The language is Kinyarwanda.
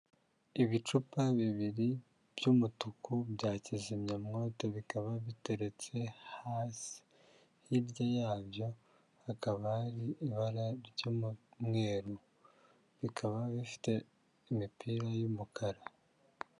Ibicupa bibiri by'umutuku bya kizimyamwoto bikaba biteretse hasi, hirya yabyo hakaba hari ibara ry'umweru, bikaba bifite imipira y'umukara.